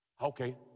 Okay